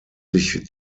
sich